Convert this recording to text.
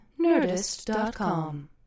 Nerdist.com